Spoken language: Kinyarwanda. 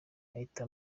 ahita